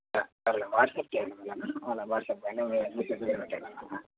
సరేలే వాట్సాప్ చేయండి మళ్ళాను అలా వాట్సాప్ బాగానే